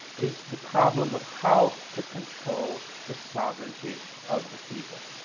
is the problem of how to control the sovereignty of the people.